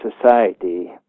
society